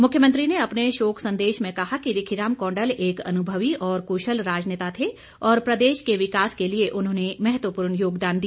मुख्यमंत्री ने अपने शोक संदेश में कहा कि रिखी राम कौंडल एक अनुभवी और क्शल राजनेता थे और प्रदेश के विकास के लिए उन्होंने महत्वपूर्ण योगदान दिया